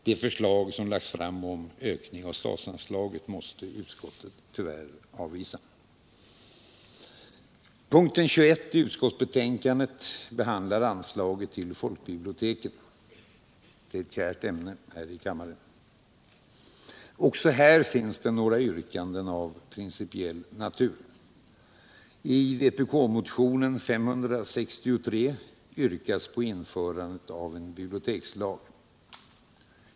De förslag som lagts fram om ökning av statsanslaget måste tyvärr AVviSas. Också här finns det några yrkanden av principiell natur. I vpk-motionen 563 yrkas på införande av en bibliotekslag.